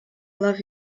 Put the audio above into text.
love